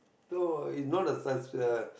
so is not a suc~ uh